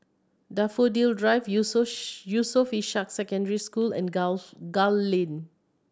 Daffodil Drive Yusof Ishak Secondary School and Gul Lane